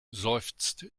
seufzt